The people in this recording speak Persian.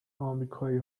آمریکایی